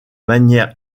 manière